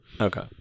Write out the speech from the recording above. Okay